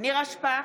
נירה שפק,